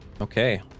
Okay